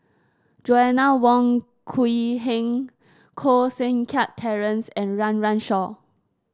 Joanna Wong Quee Heng Koh Seng Kiat Terence and Run Run Shaw